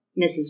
Mrs